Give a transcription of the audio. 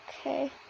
Okay